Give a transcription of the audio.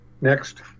next